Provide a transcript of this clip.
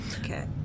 Okay